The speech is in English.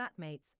flatmates